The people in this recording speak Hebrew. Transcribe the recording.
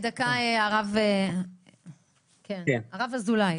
הרב אודי,